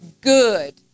good